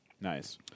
Nice